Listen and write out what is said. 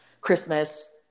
Christmas